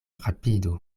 rapidu